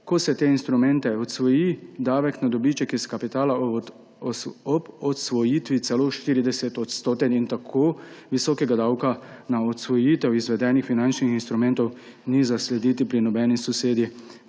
ko se te instrumente odsvoji, davek na dobiček iz kapitala ob odsvojitvi celo 40-odstoten. Tako visokega davka na odsvojitev izvedenih finančnih instrumentov ni zaslediti pri nobeni sosedi